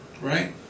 right